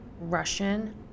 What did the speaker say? Russian